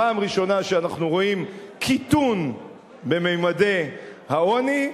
פעם ראשונה שאנחנו רואים קיטון בממדי העוני,